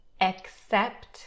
accept